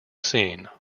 scene